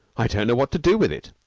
i don't know what to do with it.